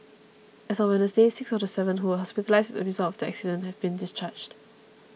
as of Wednesday six of the seven who were hospitalised as a result of the accident have been discharged